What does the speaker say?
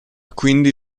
quindi